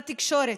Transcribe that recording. בתקשורת,